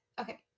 Okay